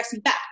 back